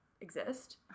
exist